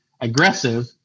aggressive